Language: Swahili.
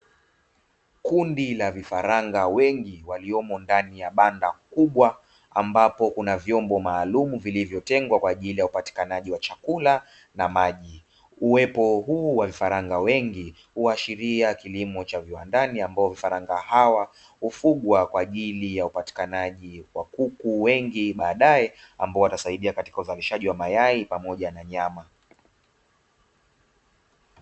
Kundi la vifaranga wengi waliomo ndani ya banda kubwa ambapo kuna vyombo maalumu, vilivyotengwa kwa ajili ya upatikanaji wa chakula na maji, uwepo huu wa vifaranga wengi huashiria kilimo cha viwandani ambao vifaranga hawa ufugwa kwa ajili ya upatikanaji wa kuku wengi baadaye ambao watasaidia katika uzalishaji wa mayai pamoja na nyama.